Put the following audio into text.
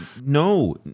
No